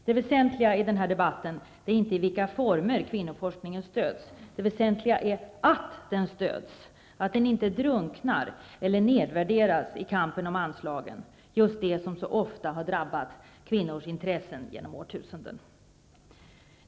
Herr talman! Det väsentliga i denna debatt är inte i vilka former kvinnoforskningen stöds, det väsentliga är att den stöds och inte drunknar eller nedvärderas i kampen om anslagen, just det som så ofta har drabbat kvinnors intressen genom årtusenden.